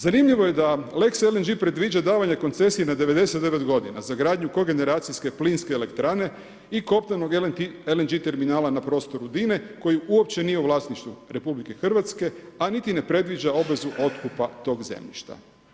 Zanimljivo je da lex LNG predviđa davanje koncesije na 99 godina za gradnju kogeneracijske plinske elektrane i kopnenog LNG terminala na prostoru DINA-e koji uopće nije u vlasništvu RH, a niti ne predviđa obvezu otkupa tog zemljišta.